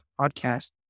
podcast